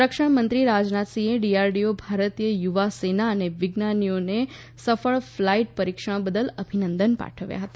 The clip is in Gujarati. સંરક્ષણ મંત્રી રાજનાથસિંહે ડીઆરડીઓ ભારતીય વાયુ સેના અને વિજ્ઞાનીઓને સફળ ફ્લાઇટ પરીક્ષણ બદલ અભિનંદન પાઠવ્યા છે